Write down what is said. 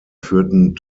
führten